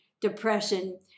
depression